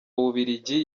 w’ububiligi